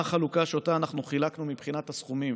מה החלוקה שאותה אנחנו חילקנו מבחינת הסכומים: